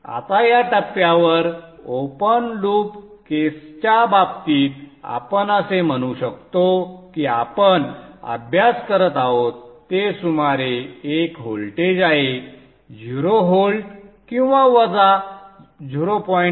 आता या टप्प्यावर ओपन लूप केसच्या बाबतीत आपण असे म्हणू शकतो की आपण अभ्यास करत आहोत ते सुमारे एक व्होल्टेज आहे 0 व्होल्ट किंवा वजा 0